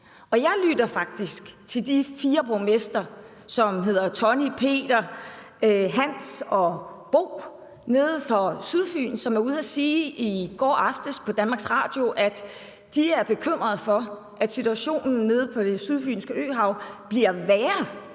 Og jeg lytter faktisk til de fire borgmestre, som hedder Tonni, Peter, Hans og Bo, nede fra Sydfyn. De var ude at sige i går aftes på DR, at de er bekymrede for, at situationen nede i det sydfynske øhav bliver værre